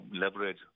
leverage